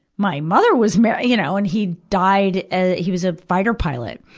my mother was married you know, and he'd died ah he was a fighter pilot.